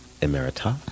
Emerita